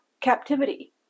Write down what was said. captivity